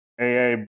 AA